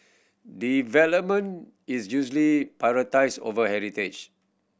development is usually prioritised over heritage